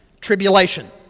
tribulation